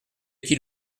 qui